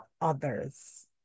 others